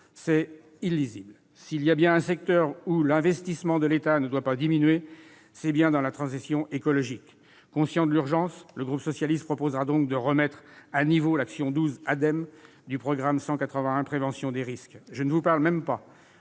est illisible ! S'il est bien un secteur où l'investissement de l'État ne doit pas diminuer, c'est celui de la transition écologique. Conscient de l'urgence, le groupe socialiste proposera donc de remettre à niveau l'action n° 12, ADEME, du programme 181, « Prévention des risques »- et je ne parle pas